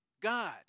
God